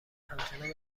همچنان